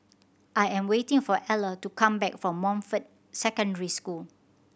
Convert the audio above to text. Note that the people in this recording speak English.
I am waiting for Eller to come back from Montfort Secondary School